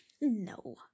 No